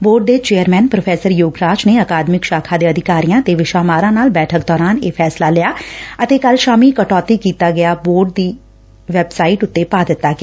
board ਦੇ chairman professor Yograj ਨੇ ਅਕਾਦਮਿਕ ਸ਼ਾਖਾ ਦੇ ਅਧਿਕਾਰੀਆਂ ਤੇ ਵਿਸ਼ਾ ਮਾਹਿਰਾਂ ਨਾਲ ਬੈਠਕ ਦੌਰਾਨ ਇਹ ਫ਼ੈਸਲਾ ਲਿਆ ਅਤੇ ਕੱਲ ਸ਼ਾਮੀਂ ਕਟੌਤੀ ਕੀਤਾ ਹਿੱਸਾ ਬੋਰਡ ਦੀ ਵੈਂਬ ਸਾਈਟ ਉਂਤੇ ਪਾ ਦਿੱਤਾ ਗਿਆ